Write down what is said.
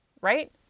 right